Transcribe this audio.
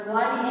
one